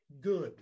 good